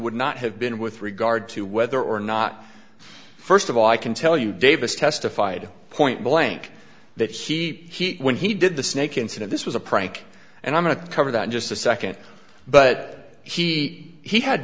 would not have been with regard to whether or not first of all i can tell you davis testified point blank that he he when he did the snake incident this was a prank and i'm going to cover that just a second but he he had